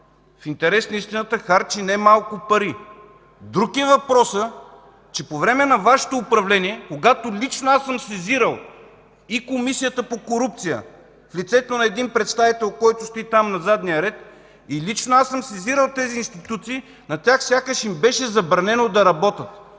в интерес на истината, харчи немалко пари. Друг е въпросът, че по време на Вашето управление, когато лично аз съм сезирал и Комисията за борба с корупцията в лицето на един представител, който стои там на задния ред, и лично аз съм сезирал тези институции, на тях сякаш им беше забранено да работят.